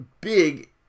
big